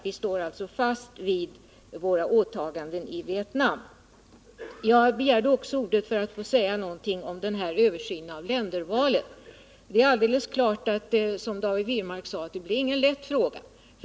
Vi står fast vid våra åtaganden i Vietnam. Jag begärde ordet också för att få säga några ord om översynen av ländervalet. Det är alldeles klart som David Wirmark sade att det inte är någon lätt fråga.